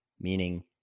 meaning